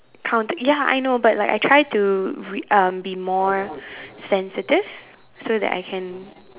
count ya I know but like I try to re~ um be more sensitive so that I can